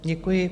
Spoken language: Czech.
Děkuji.